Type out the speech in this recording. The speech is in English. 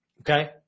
Okay